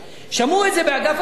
שמעו את זה באגף התקציבים,